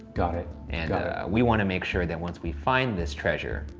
got it. and we wanna make sure that once we find this treasure,